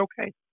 okay